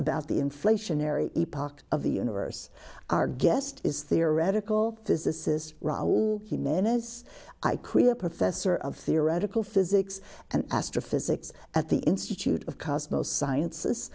about the inflationary impact of the universe our guest is theoretical physicist he men as i create a professor of theoretical physics and astrophysics at the institute of cosmos sciences